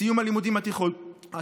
בסיום הלימודים התיכוניים,